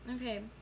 Okay